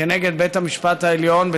כנגד בית המשפט העליון,